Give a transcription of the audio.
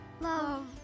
love